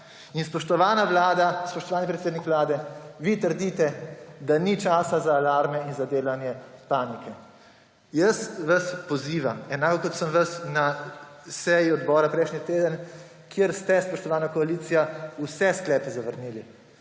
spoštovani predsednik Vlade, vi trdite, da ni čas za alarme in za delanje panike. Jaz vas pozivam, enako kot sem vas na seji odbora prejšnji teden, kjer ste, spoštovana koalicija, vse sklepe zavrnili.